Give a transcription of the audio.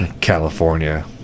California